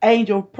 Angel